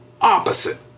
opposite